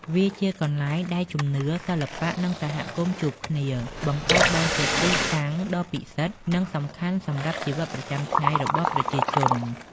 វាជាកន្លែងដែលជំនឿ សិល្បៈ និងសហគមន៍ជួបគ្នា បង្កើតបានជាទីតាំងដ៏ពិសិដ្ឋ និងសំខាន់សម្រាប់ជីវិតប្រចាំថ្ងៃរបស់ប្រជាជន។